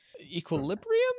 equilibrium